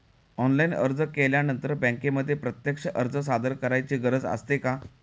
Online अर्ज केल्यानंतर बँकेमध्ये प्रत्यक्ष अर्ज सादर करायची गरज असते का?